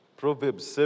Proverbs